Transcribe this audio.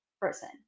person